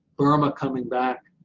burma coming back.